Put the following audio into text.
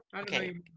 Okay